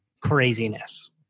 craziness